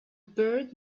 bird